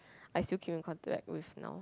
I still keep in contact with now